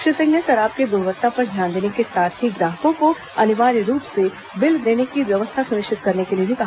श्री सिंह ने शराब की गुणवत्ता पर ध्यान देने के साथ ही ग्राहकों को अनिवार्य रूप से बिल देने की व्यवस्था सुनिश्चित करने के लिए भी कहा